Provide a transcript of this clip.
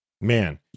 Man